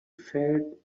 felt